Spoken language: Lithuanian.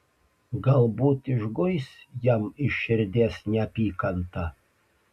galbūt išguis jam iš širdies neapykantą